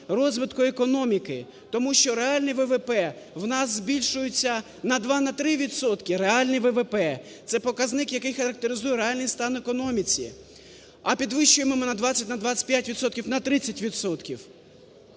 розвитку економіки, тому що реальний ВВП в нас збільшується на 2, на 3 відсотки, реальний ВВП – це показник, який характеризує реальний стан економіки, а підвищуємо ми на 20, на 25